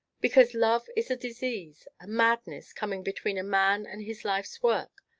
because love is a disease a madness, coming between a man and his life's work.